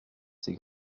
ses